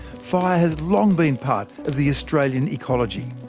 fire has long been part of the australian ecology.